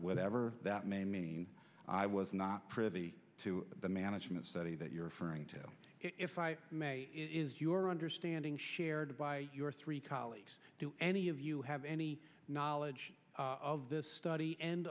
whatever that may mean i was not privy to the management study that you're referring to is your understanding shared by your three colleagues do any of you have any knowledge of this study end